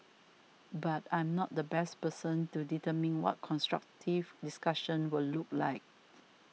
but I'm not the best person to determine what constructive discussion would look like